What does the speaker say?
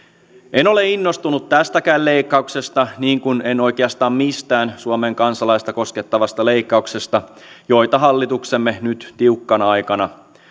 en ole innostunut tästäkään leikkauksesta niin kuin en oikeastaan mistään suomen kansalaista koskettavasta leikkauksesta joita hallituksemme nyt tiukkana aikana